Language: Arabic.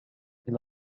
إلى